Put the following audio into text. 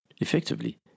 effectively